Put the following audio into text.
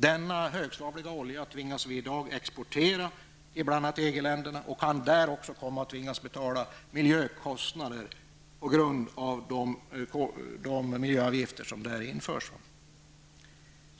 Denna högsvavliga olja tvingas vi i dag exportera till bl.a. EG-länderna. Vi kan även komma att tvingas betala miljökostnader som en följd av de miljöavgifter som införs